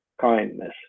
kindness